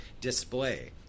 display